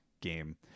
game